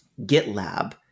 GitLab